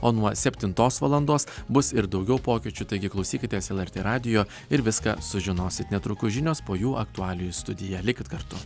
o nuo septintos valandos bus ir daugiau pokyčių taigi klausykitės lrt radijo ir viską sužinosit netrukus žinios po jų aktualijų studija likit kartu